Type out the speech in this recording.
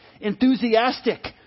enthusiastic